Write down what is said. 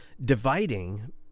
Dividing